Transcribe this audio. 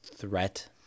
Threat